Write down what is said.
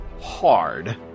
hard